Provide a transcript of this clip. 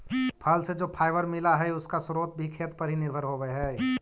फल से जो फाइबर मिला हई, उसका स्रोत भी खेत पर ही निर्भर होवे हई